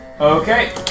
Okay